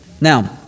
Now